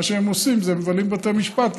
מה שהם עושים זה מבלים בבתי משפט,